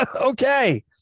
Okay